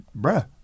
bruh